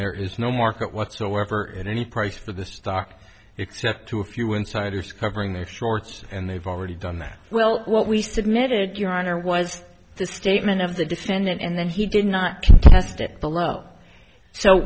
there is no market whatsoever in any price for the stock except to a few insiders covering their shorts and they've already done that well what we submitted your honor was the statement of the defendant and then he did not contest at the low so